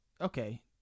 okay